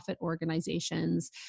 organizations